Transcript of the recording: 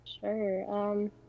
Sure